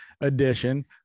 edition